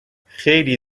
خیلی